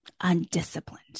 undisciplined